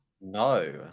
No